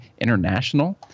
International